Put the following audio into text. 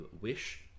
wish